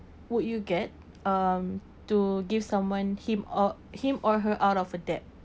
would you get um to give someone him or him or her out of a debt